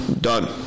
Done